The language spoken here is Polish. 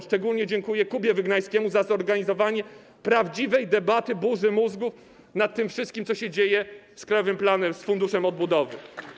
Szczególnie dziękuję Kubie Wygnańskiemu za zorganizowanie prawdziwej debaty, burzy mózgów nad tym wszystkim, co się dzieje z krajowym planem, z Funduszem Odbudowy.